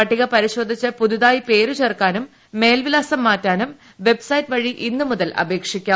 പട്ടിക പരിശോധിച്ച് പുതുതായി പേരു ചേർക്കാനും മേൽവി ലാസം മാറ്റാനും വെബ്സൈറ്റ് വഴി ഇന്നു മുതൽ അപേക്ഷിക്കാം